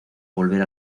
volver